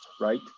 right